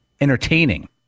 Entertaining